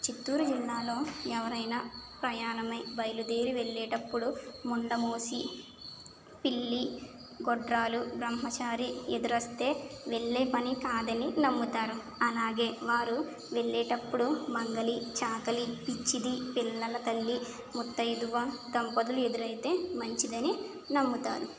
చిత్తూరు జిల్లాలో ఎవరైనా ప్రయాణమై బయలుదేరి వెళ్ళేటప్పుడు ముండమోసి పిల్లి గొడ్రాలు బ్రహ్మచారి ఎదురొస్తే వెళ్ళే పని కాదని నమ్ముతారు అలాగే వారు వెళ్ళేటప్పుడు మంగలి చాకలి పిచ్చిది పిల్లల తల్లి ముత్తైదువ దంపతులు ఎదురైతే మంచిదని నమ్ముతారు